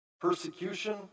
persecution